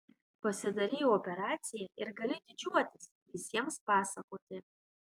pasidarei operaciją ir gali didžiuotis visiems pasakoti